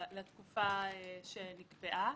לתקופה שנקבעה.